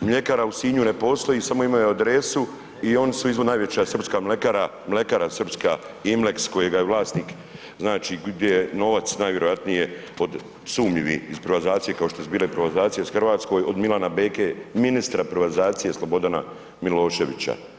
mljekara u Sinju ne postoji samo imaju adresu i oni su …/nerazumljivo/… srpska mlekara, mlekara srpska Imleks kojega je vlasnik znači gdje novac najvjerojatnije od sumnjivih privatizacije kao što su bile privatizacije u Hrvatskoj od Milana Beke ministra privatizacije Slobodana Miloševića.